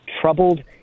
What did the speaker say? troubled